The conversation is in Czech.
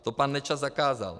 To pan Nečas zakázal.